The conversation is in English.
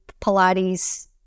pilates